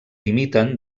imiten